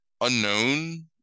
unknown